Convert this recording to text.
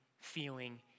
feeling